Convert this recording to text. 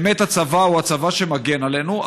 באמת הצבא הוא הצבא שמגן עלינו,